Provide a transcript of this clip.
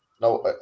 Now